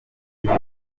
bimwe